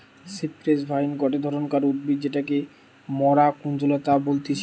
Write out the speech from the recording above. cypress vine গটে ধরণকার উদ্ভিদ যেটাকে মরা কুঞ্জলতা বলতিছে